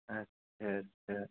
अच्छा अच्छा